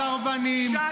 שלחתי סרבנים.